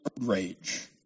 rage